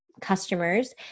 customers